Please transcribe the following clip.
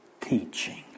teaching